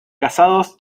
casados